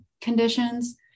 conditions